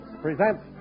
presents